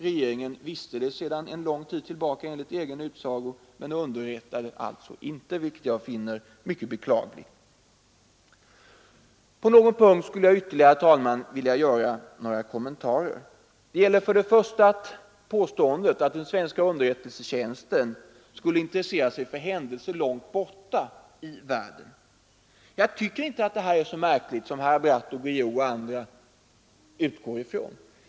Regeringen visste det emellertid sedan en lång tid tillbaka, enligt egen utsago, men underrättade inte försvarsutskottets ledamöter, vilket jag finner mycket beklagligt. Ytterligare några kommentarer, herr talman! Det gäller först och främst påståendet att den svenska underrättelsetjänsten skulle intressera sig för händelser långt borta i världen. Jag tycker inte att det är så märkligt som herrar Bratt och Guillou och andra utgår från.